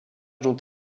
dont